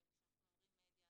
אם הוא יהיה בבסיס התקציב,